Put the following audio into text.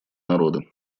народа